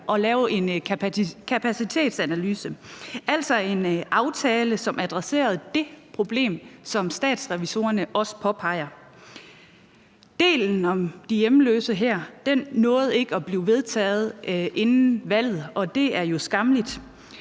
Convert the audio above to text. og lave en kapacitetsanalyse – altså en aftale, som adresserede det problem, som Statsrevisorerne også påpeger. Delen om de hjemløse her nåede ikke at blive vedtaget inden valget, og det er jo skammeligt.